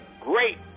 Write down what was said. great